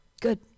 Good